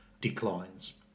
declines